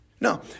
No